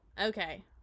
Okay